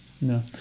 No